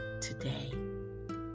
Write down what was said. today